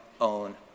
own